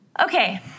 Okay